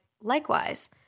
likewise